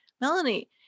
Melanie